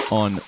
on